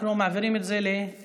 אנחנו מעבירים את זה לוועדת,